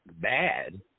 bad